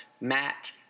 Matt